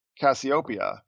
Cassiopeia